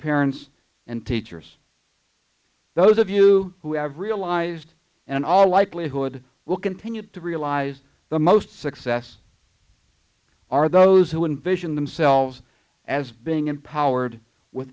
parents and teachers those of you who have realized and all likelihood will continue to realize the most success are those who are in vision themselves as being empowered with